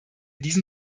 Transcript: diesen